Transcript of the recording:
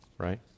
Right